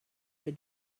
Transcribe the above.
for